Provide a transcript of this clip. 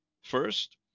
first